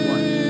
One